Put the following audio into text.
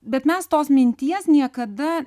bet mes tos minties niekada